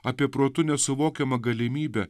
apie protu nesuvokiamą galimybę